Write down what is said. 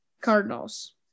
Cardinals